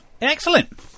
Excellent